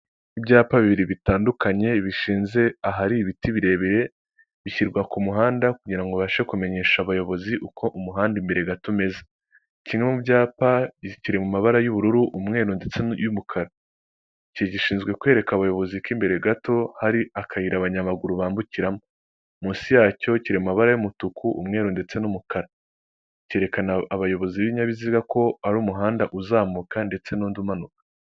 Ibiti byiza bizana akayaga ndetse n'amahumbezi akazura abantu bicaramo bategereje imodoka ndetse n'imodoka y'ivaturi, umumotari ndetse n'indi modoka ibari imbere itwara imizigo.